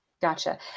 Gotcha